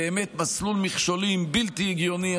באמת מסלול מכשולים בלתי הגיוני,